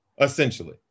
essentially